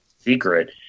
secret